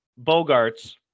Bogarts